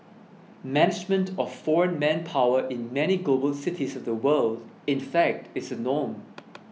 management of foreign manpower in many global cities of the world in fact is a norm